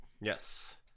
yes